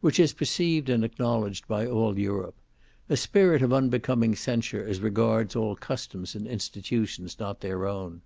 which is perceived and acknowledged by all europe a spirit of unbecoming censure as regards all customs and institutions not their own